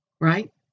right